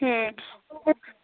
হুম